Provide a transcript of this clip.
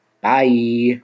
Bye